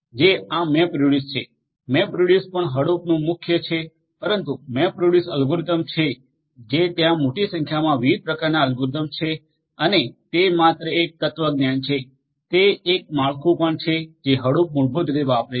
જે આ મેપરિડયુસ છે મેપરિડયુસ પણ હડુપનું મુખ્ય છે પરંતુ મેપરિડયુસ એલ્ગોરિધમ્સ છે જે ત્યાં મોટી સંખ્યામાં વિવિધ પ્રકારનાં એલ્ગોરિધમ્સ છે અને તે માત્ર એક તત્વજ્ઞાન છે તે એક માળખું પણ છે જે હડુપ મૂળભૂત રીતે વાપરે છે